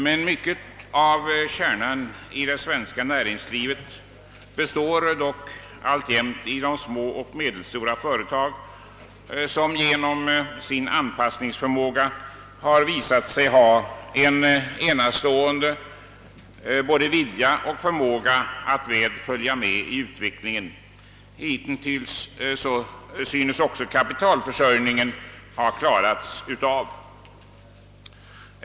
Men mycket av kärnan i det svenska näringslivet består i de många små och medelstora företagen, som genom sin anpassningsförmåga har visat sig äga en enastående både vilja och förmåga att väl följa med i utvecklingen. Hittills synes också kapitalförsörjningen ha klarats av.